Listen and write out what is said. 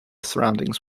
surroundings